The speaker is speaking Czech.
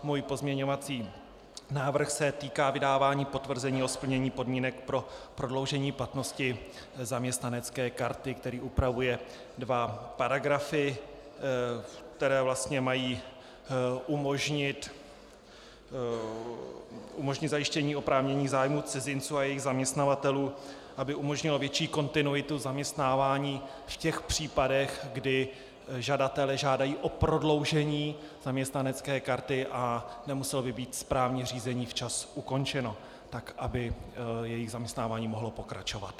Můj pozměňovací návrh se týká vydávání potvrzení o splnění podmínek pro prodloužení platnosti zaměstnanecké karty, který upravuje dva paragrafy, které vlastně mají umožnit zajištění oprávnění zájmu cizinců a jejich zaměstnavatelů, aby umožnily větší kontinuitu zaměstnávání v těch případech, kdy žadatelé žádají o prodloužení zaměstnanecké karty a nemuselo by být správní řízení včas ukončeno, aby jejich zaměstnávání mohlo pokračovat.